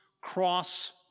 cross